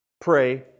Pray